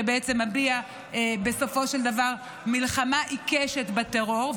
שמביע בסופו של דבר מלחמה עיקשת בטרור,